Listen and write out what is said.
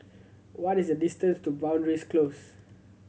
what is the distance to Boundary's Close